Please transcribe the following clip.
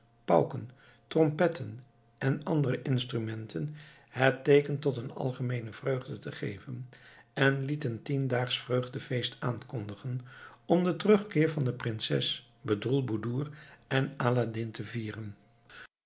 pauken trompetten en andere instrumenten het teeken tot een algemeene vreugde te geven en liet een tiendaagsch vreugdefeest aankondigen om den terugkeer van prinses bedroelboedoer en aladdin te vieren